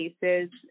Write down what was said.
cases